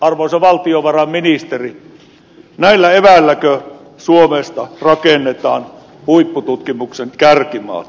arvoisa valtiovarainministeri näillä eväilläkö suomesta rakennetaan huippututkimuksen kärkimaata